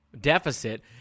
deficit